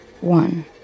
One